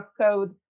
code